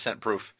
proof